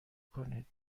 کنید